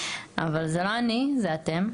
אבל זה לא אני, זה אתם.